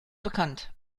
bekannt